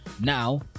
now